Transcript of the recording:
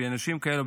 שאנשים כאלה,